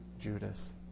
Judas